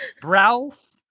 Browse